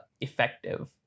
effective